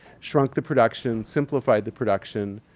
shrunk the production. simplified the production.